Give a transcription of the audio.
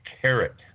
Carrot